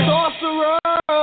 Sorcerer